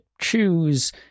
choose